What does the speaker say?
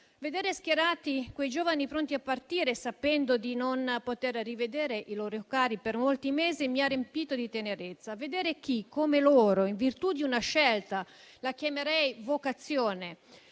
Vedere schierati quei giovani, pronti a partire sapendo di non poter rivedere i loro cari per molti mesi, mi ha riempito di tenerezza. Vedere chi, come loro, in virtù di una scelta che definirei vocazione,